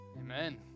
Amen